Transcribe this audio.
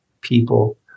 people